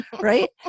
right